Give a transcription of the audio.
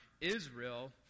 Israel